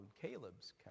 Caleb's